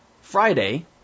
Friday